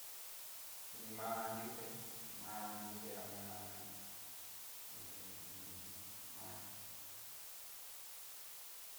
Inima'a nriuté ma'a nriuté ama'a hé niti'ó machí.